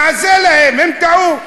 נעשה להם, הם טעו.